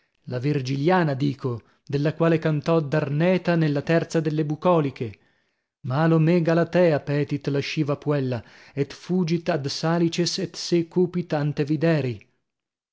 la virgiliana dico della quale cantò darneta nella terza delle bucoliche malo me galateo petti lasciva puèlla et fugit ad salices et se cupit ante videri